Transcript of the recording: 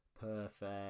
perfect